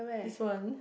this one